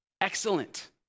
excellent